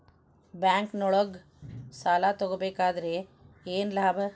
ಬ್ಯಾಂಕ್ನೊಳಗ್ ಸಾಲ ತಗೊಬೇಕಾದ್ರೆ ಏನ್ ಲಾಭ?